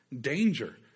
danger